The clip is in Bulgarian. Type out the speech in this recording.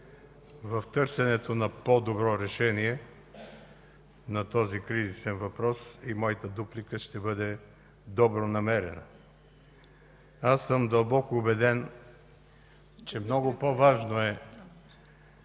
В търсенето на по-добро решение на този кризисен въпрос и моята дуплика ще бъде добронамерена. Дълбоко съм убеден, че много по-важно е